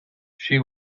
she